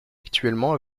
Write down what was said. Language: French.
actuellement